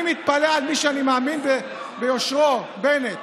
אני מתפלא על מי שאני מאמין ביושרו, בנט,